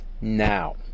now